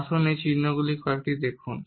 আসুন এই চিহ্নগুলির কয়েকটি দেখুন